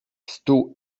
stół